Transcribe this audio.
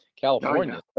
California